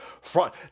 front